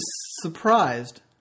surprised